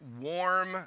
Warm